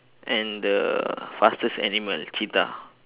and the fastest animal cheetah